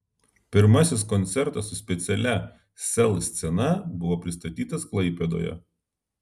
pirmasis koncertas su specialia sel scena buvo pristatytas klaipėdoje